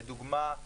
לדוגמה,